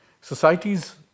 societies